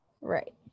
right